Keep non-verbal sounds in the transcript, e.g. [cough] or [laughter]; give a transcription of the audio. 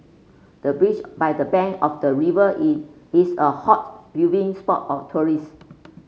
the beach by the bank of the river in is a hot [unintelligible] viewing spot of tourist